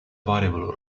variable